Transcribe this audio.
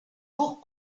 lourds